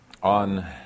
On